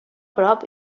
prop